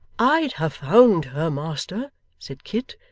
i'd have found her, master said kit,